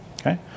okay